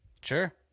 Sure